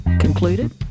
Concluded